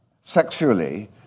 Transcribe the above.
sexually